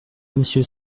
monsieur